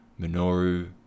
Minoru